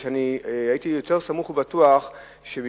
כי אני הייתי יותר מסמוך ובטוח שמכיוון